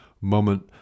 moment